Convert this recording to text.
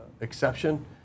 exception